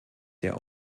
der